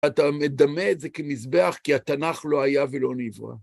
אתה מדמה את זה כמזבח כי התנ״ך לא היה ולא נעברה.